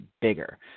bigger